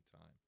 time